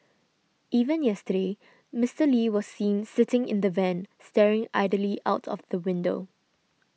even yesterday Mister Lee was seen sitting in the van staring idly out of the window